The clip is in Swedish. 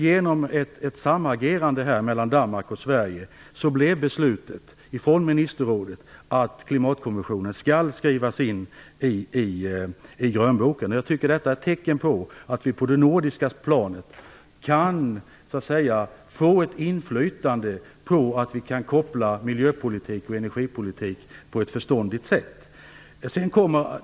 Genom ett samagerande mellan Danmark och Sverige blev beslutet från ministerrådet att klimatkonventionen skall skrivas in i grönboken. Jag tycker att det är ett tecken på att vi på det nordiska planet kan få ett inflytande som innebär att miljöpolitik och energipolitik kopplas samman på ett förståndigt sätt.